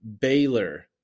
Baylor